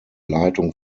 leitung